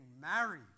married